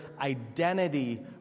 identity